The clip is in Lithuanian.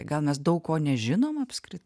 gal mes daug ko nežinom apskritai